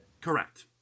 Correct